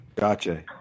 Gotcha